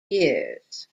years